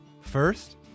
First